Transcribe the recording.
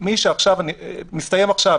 מי שמסתיים עכשיו,